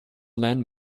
lend